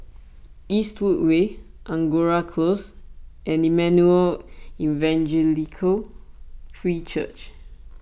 Eastwood Way Angora Close and Emmanuel Evangelical Free Church